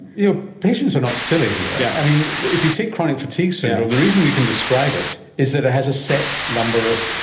you know patients are not silly here. yeah i mean, if you take chronic fatigue syndrome, the reason we can describe it is that it has a set number of,